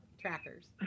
Trackers